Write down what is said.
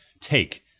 take